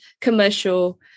commercial